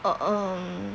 uh um